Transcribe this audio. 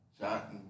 shot